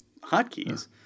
hotkeys